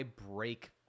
break